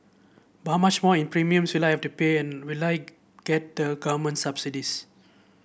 but how much more in premiums will I have to pay and will I get the government subsidies